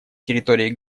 территории